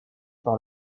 par